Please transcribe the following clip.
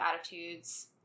attitudes